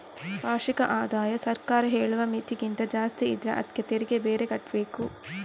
ವಾರ್ಷಿಕ ಆದಾಯ ಸರ್ಕಾರ ಹೇಳುವ ಮಿತಿಗಿಂತ ಜಾಸ್ತಿ ಇದ್ರೆ ಅದ್ಕೆ ತೆರಿಗೆ ಬೇರೆ ಕಟ್ಬೇಕು